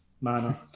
manner